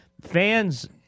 fans